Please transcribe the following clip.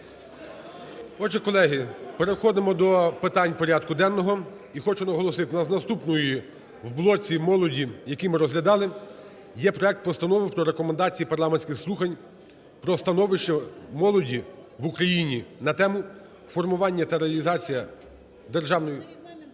Отже, колеги, переходимо до питань порядку денного. І хочу наголосити, в нас наступним в блоці молоді, який ми розглядали, є проект Постанови про Рекомендації парламентських слухань про становище молоді в Україні на тему: "Формування та реалізація державної